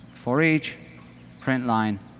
for each print line